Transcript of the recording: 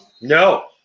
No